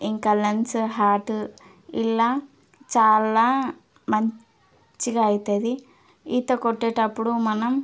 ఇంకా lungs heart ఇలా చాలా మంచిగా అవుతుంది ఈత కొట్టేటప్పుడు మనం